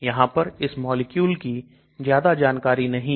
यहां पर इस मॉलिक्यूल की ज्यादा जानकारी नहीं है